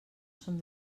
són